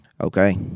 Okay